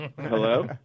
Hello